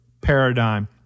paradigm